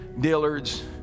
Dillard's